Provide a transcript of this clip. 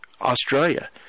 australia